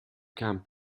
camp